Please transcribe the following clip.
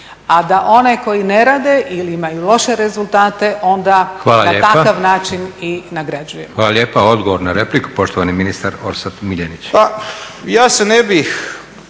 a da onaj koji ne radi ili imaju loše rezultate onda na takav način i nagrađujemo. **Leko, Josip (SDP)** Hvala lijepa. Odgovor na repliku poštovani ministar Orsat Miljenić.